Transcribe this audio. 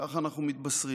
ככה אנחנו מתבשרים,